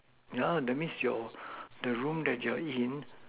yeah that means your the room that your in